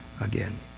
again